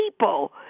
people